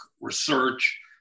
research